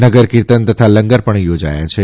નગર કિર્તન તથા લંગર પણ યોજાયાં છે